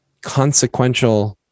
consequential